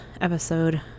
episode